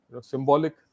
symbolic